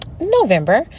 November